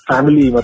Family